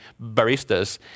baristas